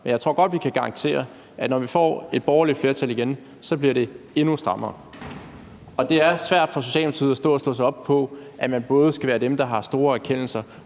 før. Jeg tror godt, vi kan garantere, at når vi får et borgerligt flertal igen, bliver det endnu strammere. Og det er svært for Socialdemokratiet at stå og slå sig op på både at være dem, der har store erkendelser,